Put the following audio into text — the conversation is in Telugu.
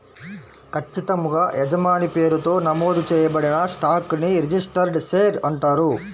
ఖచ్చితంగా యజమాని పేరుతో నమోదు చేయబడిన స్టాక్ ని రిజిస్టర్డ్ షేర్ అంటారు